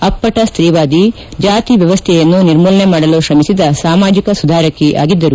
ಅಪ್ಪಟ ಸ್ತೀವಾದಿ ಜಾತಿ ವ್ಯವಸ್ಥೆಯನ್ನು ನಿರ್ಮೂಲನೆ ಮಾಡಲು ತ್ರಮಿಸಿದ ಸಾಮಾಜಿಕ ಸುಧಾರಕಿ ಆಗಿದ್ದರು